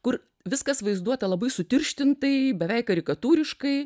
kur viskas vaizduota labai sutirštintai beveik karikatūriškai